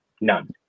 none